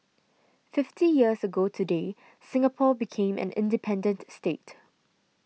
fifty years ago today Singapore became an independent state